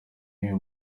n’uyu